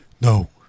No